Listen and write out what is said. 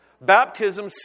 Baptism